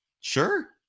Sure